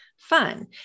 fun